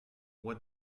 what